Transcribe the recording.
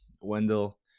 Wendell